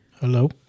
Hello